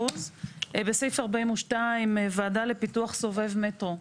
בסעיף 42, ועדה לפיתוח סובב מטרו,